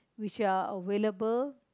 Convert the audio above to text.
which are available